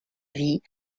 vie